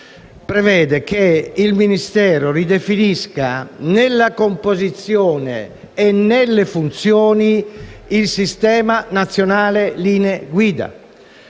prevede che il Ministero ridefinisca nella composizione e nelle funzioni il sistema nazionale delle linee